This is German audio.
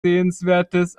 sehenswertes